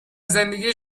زندگی